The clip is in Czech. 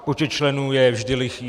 Počet členů je vždy lichý.